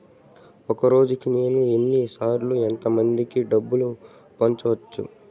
ఒక రోజుకి నేను ఎన్ని సార్లు ఎంత మందికి డబ్బులు పంపొచ్చు?